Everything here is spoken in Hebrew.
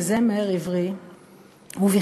בזמר עברי ובכלל,